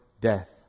death